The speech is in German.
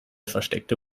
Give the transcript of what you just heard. versteckte